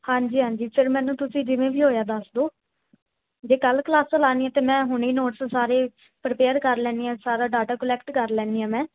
ਹਾਂਜੀ ਹਾਂਜੀ ਚੱਲੋ ਮੈਨੂੰ ਤੁਸੀਂ ਜਿਵੇਂ ਵੀ ਹੋਇਆ ਦੱਸ ਦਿਓ ਜੇ ਕੱਲ੍ਹ ਕਲਾਸਾਂ ਲਾਉਣੀ ਹੈ ਤਾਂ ਮੈਂ ਹੁਣੇ ਨੋਟਸ ਸਾਰੇ ਪ੍ਰਿਪੇਅਰ ਕਰ ਲੈਂਦੀ ਹਾਂ ਸਾਰਾ ਡਾਟਾ ਕਲੈਕਟ ਕਰ ਲੈਂਦੀ ਹਾਂ ਮੈਂ